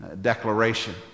declaration